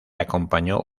acompañó